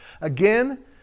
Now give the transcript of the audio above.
Again